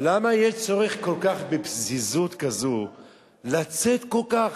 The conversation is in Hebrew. יש צורך כל כך, בפזיזות כזאת לצאת, כל כך.